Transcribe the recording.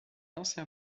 ancien